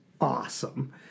awesome